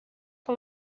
que